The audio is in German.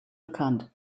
bekannt